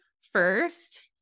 first